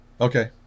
Okay